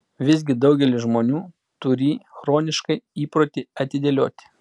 visgi daugelis žmonių turį chronišką įprotį atidėlioti